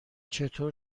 چطور